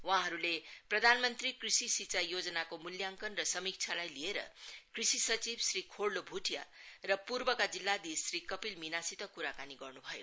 वहाँहरूले प्रधानमन्त्री कृषि सिँचाई योजनाको मूल्याङ्कन र समीक्षालाई लिएर कृषि सचिव श्री खोर्लो भ्टिया र पूर्वका जिल्लाधीश श्री कपिल मीनासित क्राकानी गर्न्भयो